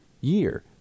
year